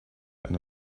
and